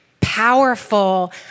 powerful